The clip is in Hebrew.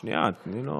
שנייה, תני לו